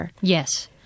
Yes